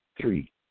Three